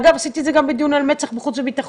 אגב, עשיתי את זה גם בדיון על מצ"ח בחוץ וביטחון.